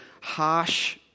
harsh